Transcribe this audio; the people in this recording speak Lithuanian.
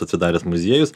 atsidaręs muziejus